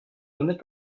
honnête